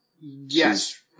Yes